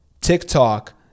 TikTok